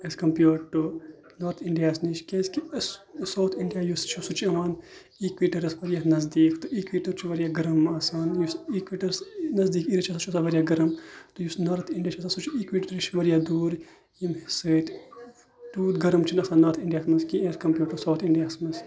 as compared to north اِنڈیاہَس نِش کیازِکہ أسۍ ساوُتھ اِنڈیا یُس چھُ سُہ چھِ یِوان اِکویٹرَس واریاہ نزدیٖک تہٕ اِکویٹر چھُ واریاہ گرم آسان یُس اِکویٹَرَس نزدیٖک ایریا چھِ آسان سُہ چھِ آسان واریاہ گرم تہٕ یُس نارٕتھ اِنڈیا چھِ آسَان سُہ چھِ اِکویٹر نِش واریاہ دوٗر ییٚمہِ سۭتۍ تیوٗت گَرم چھِنہٕ آسان نارٕتھ اِنڈیاہَس منٛز کینٛہہ ایز کَمپیٲڈ ٹو ساوُتھ اِنڈیاہَس منٛز